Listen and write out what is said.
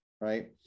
Right